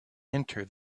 enter